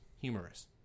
humorous